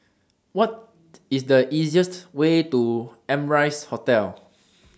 What IS The easiest Way to Amrise Hotel